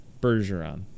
bergeron